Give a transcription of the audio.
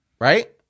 Right